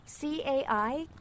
CAI